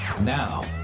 now